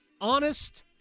honest